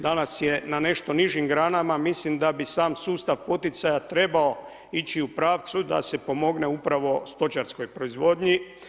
Danas je na nešto nižim granama, mislim da bi sam sustav poticaja trebao ići u pravcu da se pomogne upravo stočarskoj proizvodnji.